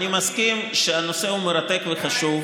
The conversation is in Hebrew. אני מסכים שהנושא הוא מרתק וחשוב,